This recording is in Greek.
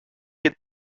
και